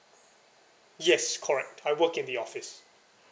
yes correct I work in the office